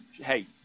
hey